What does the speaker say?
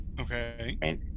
okay